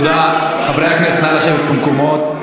חברי הכנסת, נא לשבת במקומות.